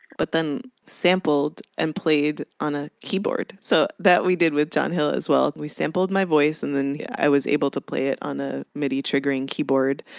but then sampled and played on a keyboard so that we did with john hill as well. we sampled my voice and then i was able to play it on a midi triggering keyboard,